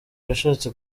yashatse